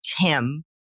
Tim